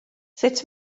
sut